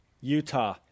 Utah